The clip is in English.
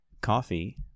Coffee